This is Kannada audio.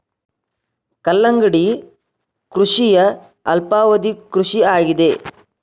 ಕಲ್ಲಂಗಡಿ ಕೃಷಿಯ ಅಲ್ಪಾವಧಿ ಕೃಷಿ ಆಗಿದೆ